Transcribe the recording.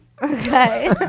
Okay